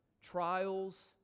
trials